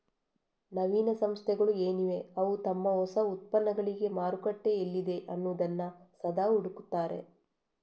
ನವೀನ ಸಂಸ್ಥೆಗಳು ಏನಿವೆ ಅವು ತಮ್ಮ ಹೊಸ ಉತ್ಪನ್ನಗಳಿಗೆ ಮಾರುಕಟ್ಟೆ ಎಲ್ಲಿದೆ ಅನ್ನುದನ್ನ ಸದಾ ಹುಡುಕ್ತಾರೆ